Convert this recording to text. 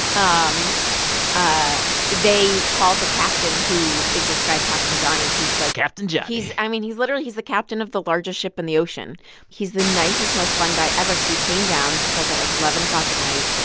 um ah they called the captain, who is this guy captain johnny, who's like. captain johnny he's i mean, he's literally he's the captain of the largest ship in the he's the nicest, most fun guy ever, so he came down. this is, like, at, like, eleven o'clock at night.